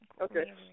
Okay